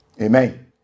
Amen